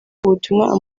ubutumwa